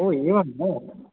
ओ एवं वा